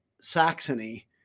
Saxony